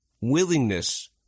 Willingness